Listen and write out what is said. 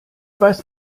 weiß